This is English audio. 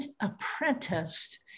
apprenticed